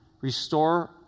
restore